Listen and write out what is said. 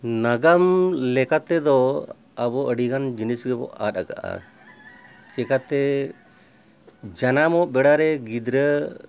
ᱱᱟᱜᱟᱢ ᱞᱮᱠᱟ ᱛᱮᱫᱚ ᱟᱵᱚ ᱟᱹᱰᱤᱜᱟᱱ ᱡᱤᱱᱤᱥ ᱜᱮᱵᱚᱱ ᱟᱫ ᱟᱠᱟᱫᱟ ᱪᱤᱠᱟᱹᱛᱮ ᱡᱟᱱᱟᱢᱚᱜ ᱵᱮᱲᱟᱨᱮ ᱜᱤᱫᱽᱨᱟᱹ